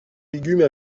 légumes